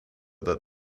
that